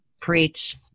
preach